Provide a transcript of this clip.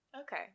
Okay